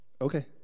Okay